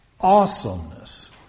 awesomeness